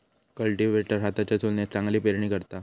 cultivator हाताच्या तुलनेत चांगली पेरणी करता